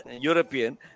European